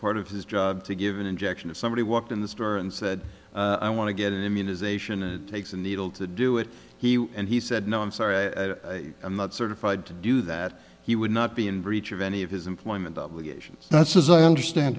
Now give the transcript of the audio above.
part of his job to give an injection if somebody walked in the store and said i want to get an immunization and takes a needle to do it here and he said no i'm sorry i'm not certified to do that he would not be in breach of any of his employment obligations that's as i understand